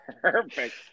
Perfect